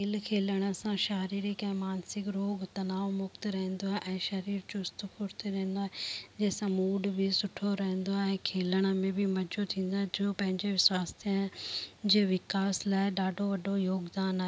खेल खेलण सां शारीरिक ऐं मानसिक रोग तनाव मुक्ति रहंदो आहे ऐं शरीर चुस्तु फ़ुर्तु रहंदो आहे जंहिं सां मूड बि सुठो रहंदो आहे ऐं खेलण में बि मज़ो थींदो आहे जो पंहिंजे स्वास्थ्य जे विकास लाइ ॾाढो वॾो योगदान आहे